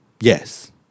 Yes